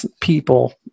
people